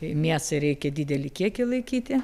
mėsai reikia didelį kiekį laikyti